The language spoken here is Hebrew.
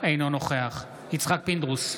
אינו נוכח יצחק פינדרוס,